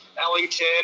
Ellington